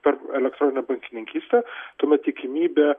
per elektroninę bankininkystę tuomet tikimybė